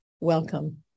welcome